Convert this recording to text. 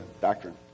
doctrine